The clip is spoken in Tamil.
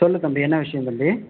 சொல் தம்பி என்ன விஷயம் தம்பி